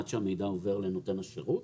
עד שהמידע עובר לנותן השירות,